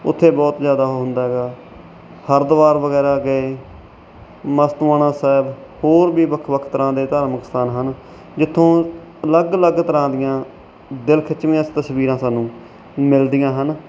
ਉੱਥੇ ਬਹੁਤ ਜ਼ਿਆਦਾ ਉਹ ਹੁੰਦਾ ਹੈਗਾ ਹਰਿਦੁਆਰ ਵਗੈਰਾ ਗਏ ਮਸਤੂਆਣਾ ਸਾਹਿਬ ਹੋਰ ਵੀ ਵੱਖ ਵੱਖ ਤਰ੍ਹਾਂ ਦੇ ਧਾਰਮਿਕ ਸਥਾਨ ਹਨ ਜਿੱਥੋਂ ਅਲੱਗ ਅਲੱਗ ਤਰ੍ਹਾਂ ਦੀਆਂ ਦਿਲ ਖਿੱਚਵੀਆਂ ਤਸਵੀਰਾਂ ਸਾਨੂੰ ਮਿਲਦੀਆਂ ਹਨ